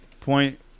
Point